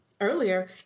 earlier